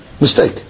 mistake